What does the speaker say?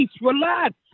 Relax